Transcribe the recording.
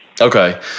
Okay